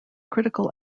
critical